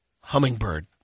hummingbird